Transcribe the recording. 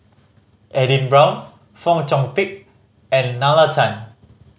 Edin Brown Fong Chong Pik and Nalla Tan